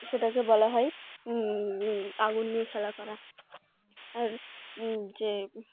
সেটাকে বলা হয় আগুন নিয়ে খেলা করা আর যে